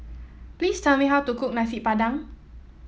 please tell me how to cook Nasi Padang